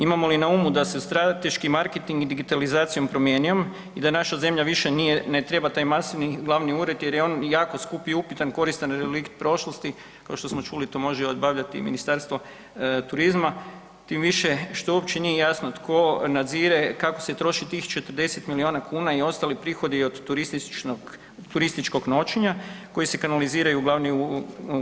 Imamo li na umu da se strateški marketing i digitalizacijom promijenio i da naša zemlja ne treba taj masivni glavni ured jer je on jako skup i upitan koristan relikt prošlosti kao što smo čuli to može obavljati i Ministarstvo turizma, tim više što uopće nije jasno tko nadzire kako se troši tih 40 milijuna kuna i ostali prihodi od turističkog noćenja koji se kanaliziraju u glavni ured.